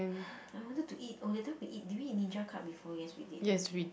I wanted to eat oh that time we eat did we eat in Ninja Cup before yes we did okay